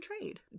trade